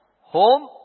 home